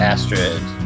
Astrid